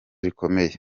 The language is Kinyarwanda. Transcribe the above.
rikomeye